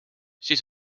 siis